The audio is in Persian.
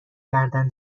کردن